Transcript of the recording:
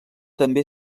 també